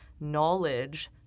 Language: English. knowledge